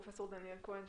פרופ' דניאל כהן,